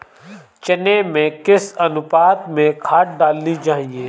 चने में किस अनुपात में खाद डालनी चाहिए?